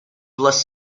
less